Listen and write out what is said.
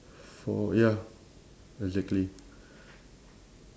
four ya exactly